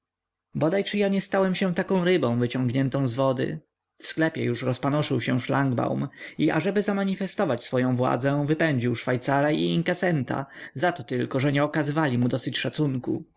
bodaj czy ja nie stałem się taką rybą wyciąganą z wody w sklepie już rozpanoszył się szlangbaum i ażeby zamanifestować swoję władzę wypędził szwajcara i inkasenta za to tylko że nie okazywali mu dosyć szacunku